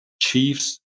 Chiefs